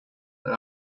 but